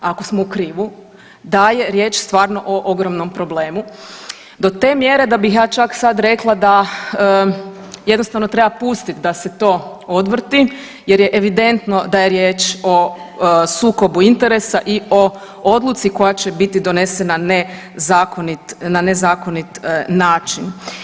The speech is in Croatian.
Ako smo u krivu, da je riječ stvarno o ogromnom problemu, do te mjere da bi ja čak sad rekla da jednostavno treba pustiti da se to odvrti jer je evidentno da je riječ o sukobu interesa i o odluci koja će biti donesena na nezakonit način.